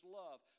love